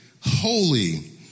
holy